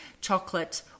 chocolate